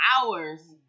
hours